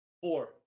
Four